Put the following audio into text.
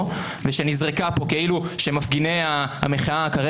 איך נאזקו מפגינים בבית החולים למיטה בניגוד לנהלי המשטרה,